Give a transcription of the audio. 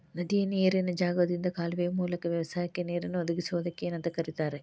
ನದಿಯ ನೇರಿನ ಜಾಗದಿಂದ ಕಾಲುವೆಯ ಮೂಲಕ ವ್ಯವಸಾಯಕ್ಕ ನೇರನ್ನು ಒದಗಿಸುವುದಕ್ಕ ಏನಂತ ಕರಿತಾರೇ?